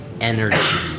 energy